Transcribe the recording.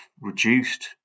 reduced